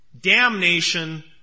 Damnation